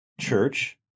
church